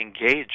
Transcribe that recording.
engage